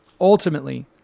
ultimately